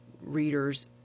readers